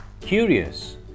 Curious